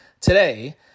today